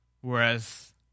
Whereas